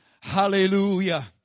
Hallelujah